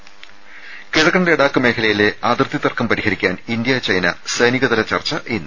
ത കിഴക്കൻ ലഡാക്ക് മേഖലയിലെ അതിർത്തി തർക്കം പരിഹരിക്കാൻ ഇന്ത്യ ചൈന സൈനികതല ചർച്ച ഇന്ന്